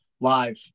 live